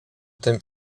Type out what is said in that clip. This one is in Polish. tym